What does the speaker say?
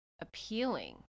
appealing